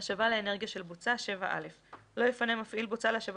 "7א.השבה לאנרגיה של בוצה לא יפנה מפעיל בוצה להשבה